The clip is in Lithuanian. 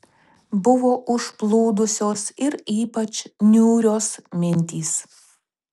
buvo užplūdusios ir ypač niūrios mintys